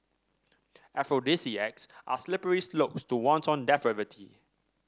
aphrodisiacs are slippery slopes to wanton depravity